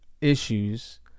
issues